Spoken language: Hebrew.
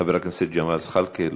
חבר הכנסת ג'מאל זחאלקה,